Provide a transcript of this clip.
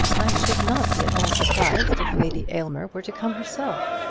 i should not be at all surprised if lady aylmer were to come herself.